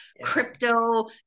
crypto